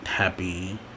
happy